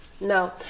no